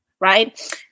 Right